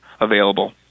available